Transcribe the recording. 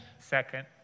Second